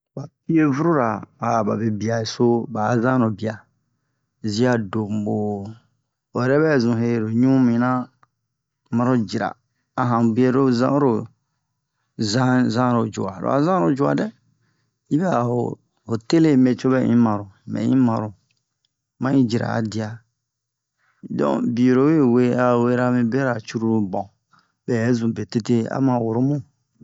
ba pievrura ba be biaso ba'a zanobia zia dobo o yɛrɛ bɛ zun he lo ɲu mina maro jira a han bie ro zan oro zan zanro jua lo a zanro jua dɛ yi bɛ'a ho ho tele me co bɛ yi maro unbɛ yi maro ma'i jira a dia don biero we we a wera mi bera cruru bon me bɛ zun be tete a ma woro mu